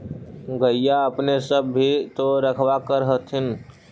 गईया अपने सब भी तो रखबा कर होत्थिन?